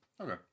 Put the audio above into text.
Okay